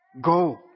Go